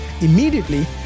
Immediately